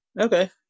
Okay